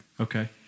Okay